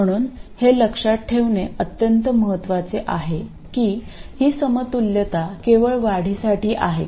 म्हणून हे लक्षात ठेवणे अत्यंत महत्वाचे आहे की ही समतुल्यता केवळ वाढीसाठी आहे